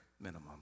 minimum